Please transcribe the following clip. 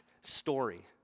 story